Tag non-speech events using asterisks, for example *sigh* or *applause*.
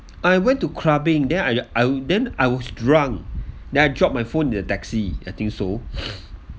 I went to clubbing then I I would then I was drunk then I drop my phone in the taxi I think so *noise*